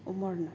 Amarnath